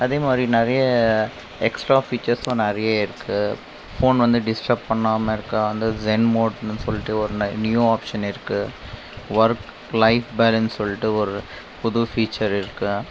அதேமாதிரி நிறைய எக்ஸ்ட்ரா ஃபீச்சர்ஸ்லாம் நிறைய இருக்குது ஃபோன் வந்து டிஸ்ட்ரப் பண்ணாமல் இருக்க அந்த ஸென் மோடுன்னு சொல்லிட்டு ஒன்று நியூ ஆப்ஷன் இருக்குது ஒர்க் லைஃப் பேலன்ஸ் சொல்லிட்டு ஒரு புது ஃபீச்சர் இருக்குது